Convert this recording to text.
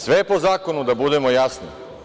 Sve je po zakonu, da budemo jasni.